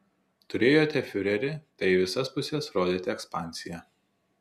turėjote fiurerį tai į visas puses rodėte ekspansiją